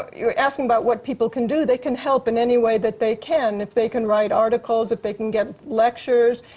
you're asking about what people can do. they can help in anyway that they can. if they can write articles, if they can get lectures,